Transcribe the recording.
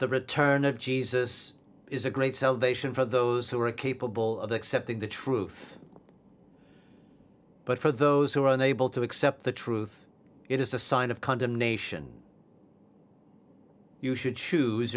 the return of jesus is a great salvation for those who are capable of accepting the truth but for those who are unable to accept the truth it is a sign of condemnation you should choose